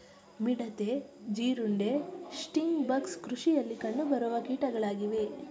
ಮಿಡತೆ, ಜೀರುಂಡೆ, stink bugs ಕೃಷಿಯಲ್ಲಿ ಕಂಡುಬರುವ ಕೀಟಗಳಾಗಿವೆ